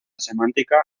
semántica